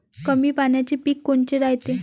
कमी पाण्याचे पीक कोनचे रायते?